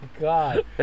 god